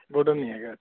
wooden ਨਹੀਂ ਹੈਗਾ